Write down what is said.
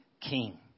king